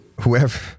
whoever